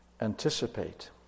anticipate